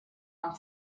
amb